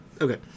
Okay